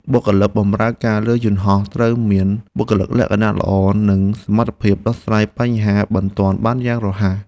បុគ្គលិកបម្រើការលើយន្តហោះត្រូវមានបុគ្គលិកលក្ខណៈល្អ និងសមត្ថភាពដោះស្រាយបញ្ហាបន្ទាន់បានយ៉ាងរហ័ស។